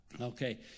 okay